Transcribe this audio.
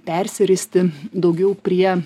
persiristi daugiau prie